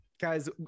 guys